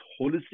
holistic